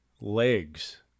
legs